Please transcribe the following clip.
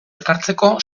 elkartzeko